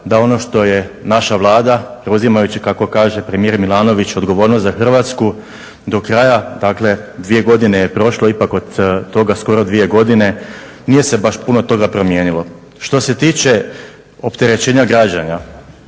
da ono što je naša Vlada preuzimajući kao što kaže premijer Milanović odgovornost za Hrvatsku do kraja, dakle, dvije godine je prošlo ipak od toga skoro dvije godine, nije se baš puno toga promijenilo. Što se tiče opterećenja građana,